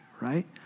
right